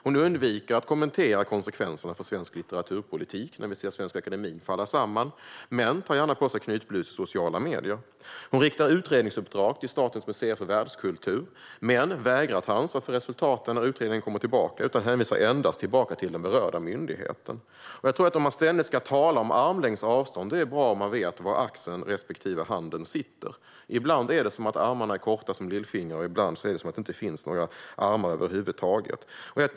Hon undviker att kommentera konsekvenserna för svensk litteraturpolitik när vi ser Svenska Akademien falla samman, men hon tar gärna på sig en knytblus i sociala medier. Hon riktar utredningsuppdrag till Statens museer för världskultur, men hon vägrar ta ansvar för resultaten när utredningen kommer tillbaka och hänvisar endast tillbaka till den berörda myndigheten. Om man ständigt ska tala om armlängds avstånd är det bra om man vet var axeln respektive handen sitter. Ibland är armarna korta som lillfingrar, och ibland är det som att det inte finns några armar överhuvudtaget.